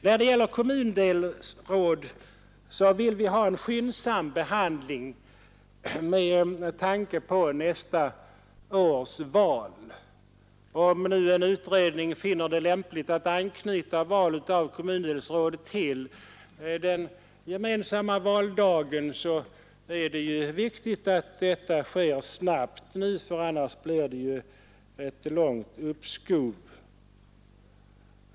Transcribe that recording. När det gäller kommundelsråd vill vi ha en skyndsam behandling med tanke på nästa års val. Om nu en utredning finner det lämpligt att anknyta val av kommundelsråd till den gemensamma valdagen, så är det ju viktigt att beslut fattas snabbt, ty annars blir det ett långt uppskov.